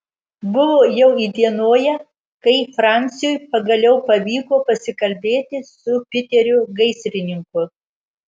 buvo jau įdienoję kai franciui pagaliau pavyko pasikalbėti su piteriu gaisrininku